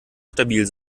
stabil